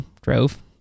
drove